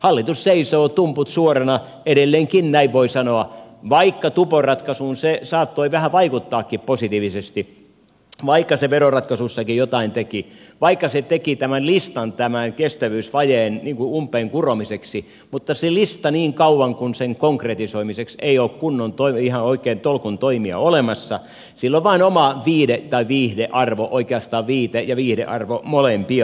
hallitus seisoo tumput suorana edelleenkin näin voi sanoa vaikka tuporatkaisuun se saattoi vähän vaikuttaakin positiivisesti vaikka se veroratkaisuissakin jotain teki vaikka se teki tämän listan tämän kestävyysvajeen umpeen kuromiseksi mutta sillä listalla niin kauan kuin sen konkretisoimiseksi ei ole kunnon ihan oikein tolkun toimia olemassa on vain oma viite tai viihdearvo oikeastaan viite ja viihdearvo molempia